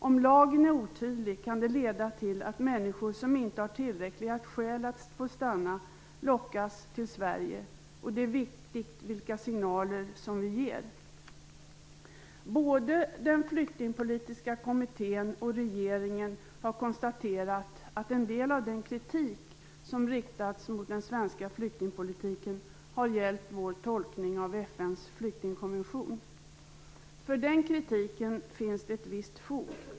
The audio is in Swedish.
Om lagen är otydlig kan det leda till att människor som inte har tillräckliga skäl att få stanna lockas till Sverige. Det är viktigt vilka signaler vi ger. Både den flyktingpolitiska kommittén och regeringen har konstaterat att en del av den kritik som riktats mot den svenska flyktingpolitiken har gällt vår tolkning av FN:s flyktingkonvention. För den kritiken finns ett visst fog.